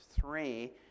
three